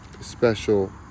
special